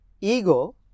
ego